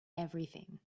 everything